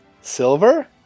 Silver